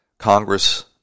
Congress